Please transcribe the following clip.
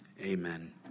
Amen